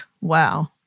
Wow